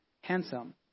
handsome